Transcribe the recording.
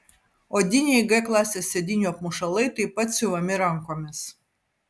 odiniai g klasės sėdynių apmušalai taip pat siuvami rankomis